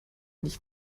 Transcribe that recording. nicht